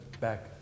back